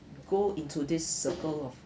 go into this circle of